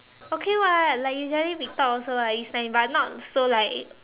okay [what] like usually we talk also like is but not so like